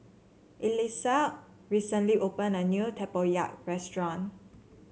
Elissa recently opened a new tempoyak restaurant